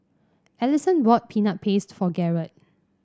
Alison bought Peanut Paste for Garrett